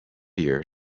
year